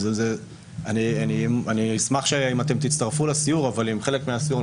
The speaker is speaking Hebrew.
אני אשמח אם תצטרפו לסיור אבל חלק מהסיור,